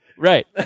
Right